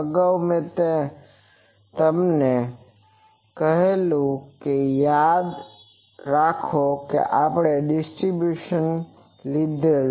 અગાઉ મેં તમને કહેલ યાદ કે આપણે કરંટ ડીસ્તટ્રીબ્યુસન લીધેલ